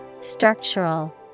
Structural